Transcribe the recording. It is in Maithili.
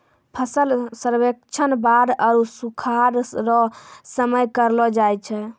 फसल सर्वेक्षण बाढ़ आरु सुखाढ़ रो समय करलो जाय छै